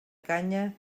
canya